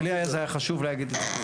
ולי זה היה חשוב להגיד את זה.